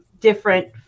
different